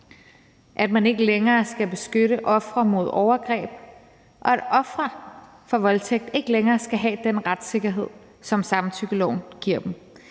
at man ikke længere skal beskytte ofre mod overgreb, og at ofre for voldtægt ikke længere skal have den retssikkerhed, som samtykkeloven giver dem.